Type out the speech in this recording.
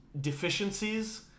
deficiencies